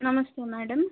నమస్తే మేడం